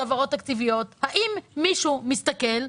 האם מישהו מסתכל,